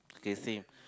okay same